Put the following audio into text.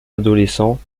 adolescents